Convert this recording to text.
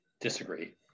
Disagree